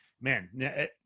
man